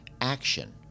action